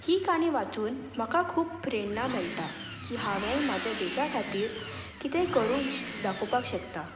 ही काणी वाचून म्हाका खूब प्रेरणा मेळटा की हांवें म्हाज्या देशा खातीर कितेंय करूंक दाकोवपाक शकता